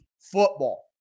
football